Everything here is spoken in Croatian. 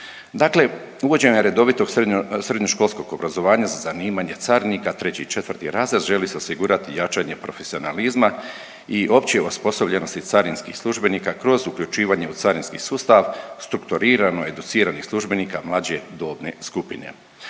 Dakle uvođenje redovitog srednjo…, srednjoškolskog obrazovanja za zanimanje carinik 3. i 4. razred želi se osigurati jačanje profesionalizma i opće osposobljenosti carinskih službenika kroz uključivanje u carinski sustav strukturirano educiranih službenika mlađe dobne skupine.